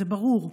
זה ברור,